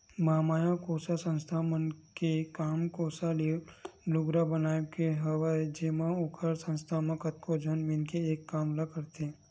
महामाया कोसा संस्था मन के काम कोसा ले लुगरा बनाए के हवय जेमा ओखर संस्था म कतको झन मिलके एक काम ल करथे